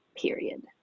period